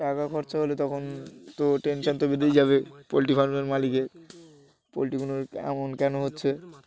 টাকা খরচা হলে তখন তো টেনশান তো বেঁধেই যাবে পোলট্রি ফার্মের মালিকের পোলট্রি গুলোর এমন কেন হচ্ছে